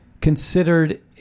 considered